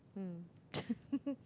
mm